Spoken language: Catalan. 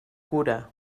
cura